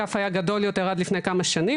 האגף היה גדול יותר עד לפני כמה שנים,